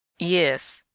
yes,